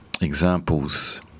examples